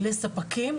לספקים,